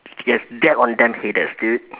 yes dab on them haters dude